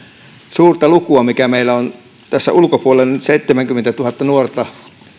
suurta lukua mikä meillä on nyt seitsemänkymmentätuhatta nuorta